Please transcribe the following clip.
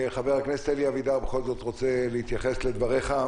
חבר הכנסת אלי אבידר בכל זאת רוצה להתייחס לדבריך.